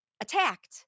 attacked